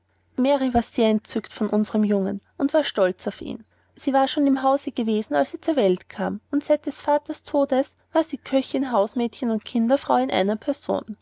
mary war sehr entzückt von unserm jungen und sehr stolz auf ihn sie war schon im hause gewesen als er zur welt kam und seit seines vaters tode war sie köchin hausmädchen und kinderfrau in einer person